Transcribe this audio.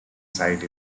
site